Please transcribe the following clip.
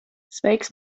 sveiks